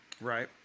right